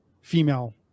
female